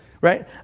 Right